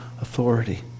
authority